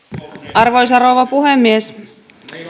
arvoisa rouva puhemies